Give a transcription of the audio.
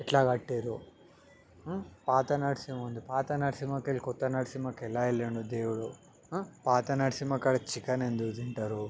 ఎట్లా కట్టిర్రు పాత నరసింహ ఉంది పాత నరసింహ కెల్లి కొత్త నరసింహకి ఎలా వెళ్ళిండు దేవుడు పాత నరసింహ కాడ చికెన్ ఎందుకు తింటారు